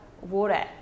water